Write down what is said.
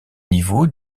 niveau